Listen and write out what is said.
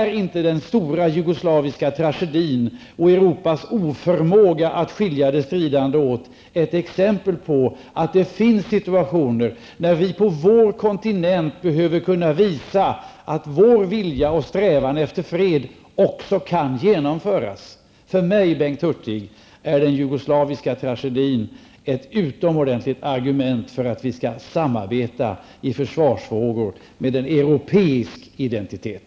Är inte den stora jugoslaviska tragedin och Europas oförmåga att skilja de stridande åt ett exempel på att det finns situationer då vi på vår kontinent behöver kunna visa att vår vilja och strävan efter fred också kan genomföras? För mig, Bengt Hurtig, är den jugoslaviska tragedin ett utomordentligt argument för att vi skall samarbeta i försvarsfrågor med en europeisk identitet.